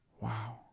wow